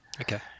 Okay